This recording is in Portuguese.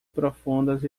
profundas